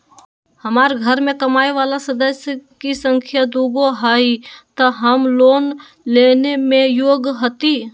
हमार घर मैं कमाए वाला सदस्य की संख्या दुगो हाई त हम लोन लेने में योग्य हती?